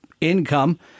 income